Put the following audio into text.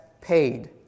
paid